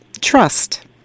Trust